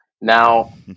Now